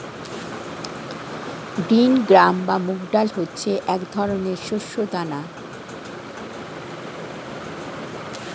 green gram বা মুগ ডাল হচ্ছে এক ধরনের শস্য দানা